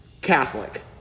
Catholic